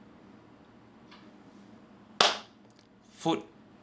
food